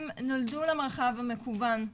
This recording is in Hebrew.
הם נולדו למרחב המקוון,